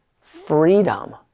freedom